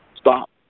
Stop